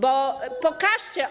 Bo